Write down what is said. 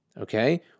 Okay